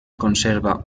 conserva